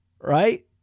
right